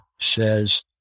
says